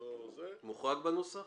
מוחרג בנוסח?